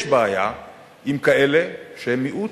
יש בעיה עם כאלה שהם מיעוט,